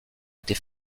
était